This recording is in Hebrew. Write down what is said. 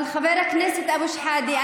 אבל חבר הכנסת אבו שחאדה,